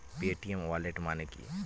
Paytm wallet মানে কি?